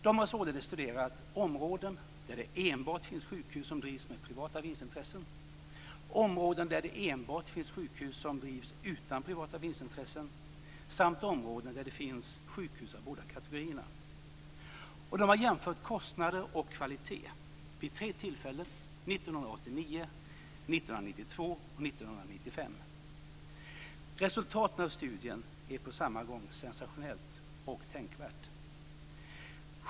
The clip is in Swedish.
De har således studerat områden där det enbart finns sjukhus som drivs med privata vinstintressen, områden där det enbart finns sjukhus som drivs utan privata vinstintressen och områden där det finns sjukhus av båda kategorierna, och de har jämfört kostnader och kvalitet vid tre tillfällen: 1989, 1992 och 1995. Resultatet av studien är på samma gång sensationellt och tänkvärt.